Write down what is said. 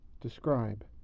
describe